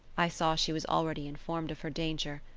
i saw she was already informed of her danger,